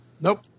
Nope